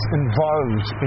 involved